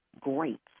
great